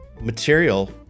material